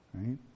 right